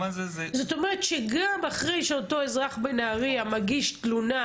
זאת אומרת שגם אחרי שאותו אזרח בנהריה מגיש תלונה,